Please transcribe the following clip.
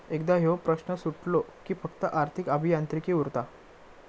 एकदा ह्यो प्रश्न सुटलो कि फक्त आर्थिक अभियांत्रिकी उरता